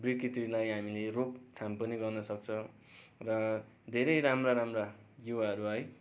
विकृतिलाई हामीले रोकथाम पनि गर्न सक्छ र धेरै राम्रा राम्रा युवाहरू है